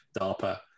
DARPA